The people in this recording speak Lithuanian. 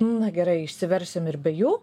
na gerai išsiversim ir be jų